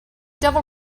devil